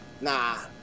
Nah